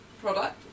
product